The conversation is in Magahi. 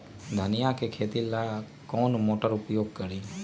धनिया के खेती ला कौन मोटर उपयोग करी?